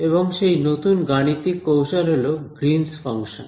এবং সেই নতুন গাণিতিক কৌশল হল গ্রীনস ফাংশন